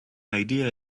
idea